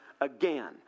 again